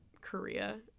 Korea